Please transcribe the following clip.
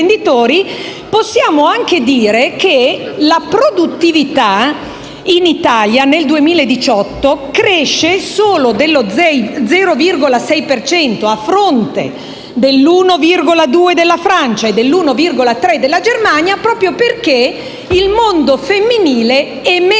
per evidenziare che la produttività in Italia nel 2018 cresce solo dello 0,6 per cento, a fronte dell'1,2 della Francia e dell'1,3 della Germania, proprio perché il mondo femminile è meno